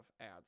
ads